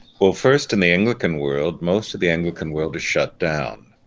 well first in the anglican world, most of the anglican world is shut down.